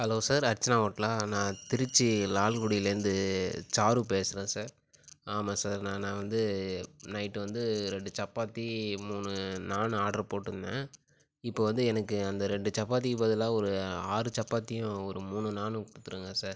hello sir Archana ஹோட்டலா நான் திருச்சி லால்குடியிலேருந்து சாரு பேசுகிறேன் சார் ஆமாம் சார் நான் நான் வந்து நைட் வந்து ரெண்டு சப்பாத்தி மூணு நாண் ஆர்டர் போட்டிருந்தேன் இப்போ வந்து எனக்கு அந்த ரெண்டு சப்பாத்திக்கு பதிலாக ஒரு ஆறு சப்பாத்தியும் ஒரு மூணு நாணும் கொடுத்துடுங்க சார்